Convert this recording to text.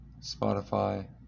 Spotify